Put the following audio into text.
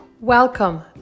Welcome